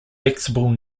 flexible